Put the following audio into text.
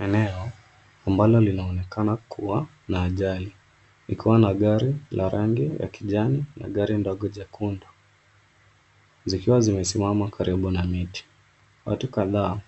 Eneo, ambalo linaonekana kuwa na ajali. Ikiwa na gari la rangi ya kijani, na gari ndogo jekundu. Zikiwa zimesimama karibu na miti. Watu kadhaa,